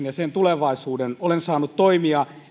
ja sen tulevaisuuden olen saanut toimia